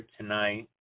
tonight